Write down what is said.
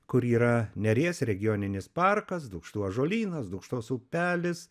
kur yra neries regioninis parkas dūkštų ąžuolynas dūkštos upelis